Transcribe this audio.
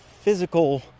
physical